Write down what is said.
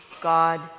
God